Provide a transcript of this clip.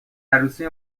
عروسی